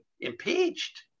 impeached